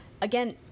again